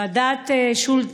ועדת שולט,